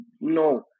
no